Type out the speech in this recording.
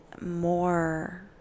more